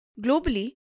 Globally